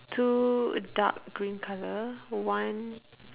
two dark green colour [one]